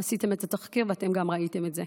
עשיתם את התחקיר, ואתם גם ראיתם את זה.